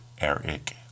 Eric